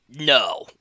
No